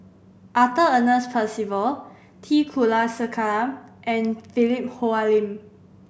Arthur Ernest Percival T Kulasekaram and Philip Hoalim